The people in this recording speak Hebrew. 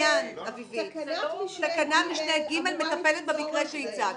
תקנת משנה (ג) מטפלת במקרה שהצגת.